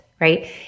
Right